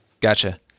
Gotcha